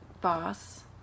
boss